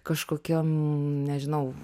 kažkokiam nežinau